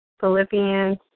Philippians